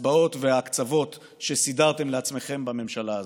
מהקצבאות וההקצבות שסידרתם לעצמכם בממשלה הזאת.